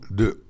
de